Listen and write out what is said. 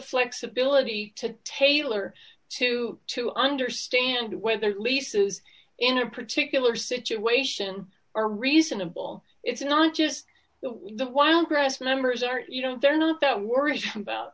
flexibility to tailor to to understand whether leases in a particular situation are reasonable it's not just the wild grass members are you know they're not that worried about